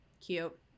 Cute